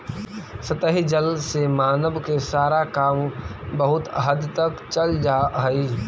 सतही जल से मानव के सारा काम बहुत हद तक चल जा हई